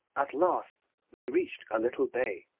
at last they reached a little bay,